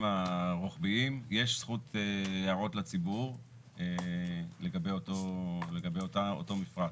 הרוחביים יש זכות הערות לציבור לגבי אותו מפרט.